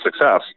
success